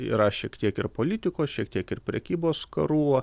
yra šiek tiek ir politikos šiek tiek ir prekybos karų